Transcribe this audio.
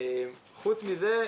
חוץ מזה,